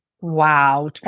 Wow